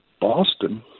Boston